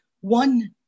One